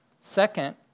Second